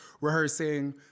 rehearsing